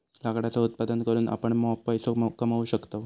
लाकडाचा उत्पादन करून आपण मॉप पैसो कमावू शकतव